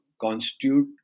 constitute